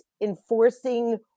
enforcing